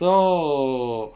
so